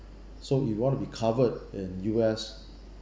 so if you want to be covered in U_S